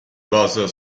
basa